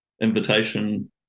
invitation